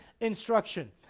instruction